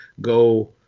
go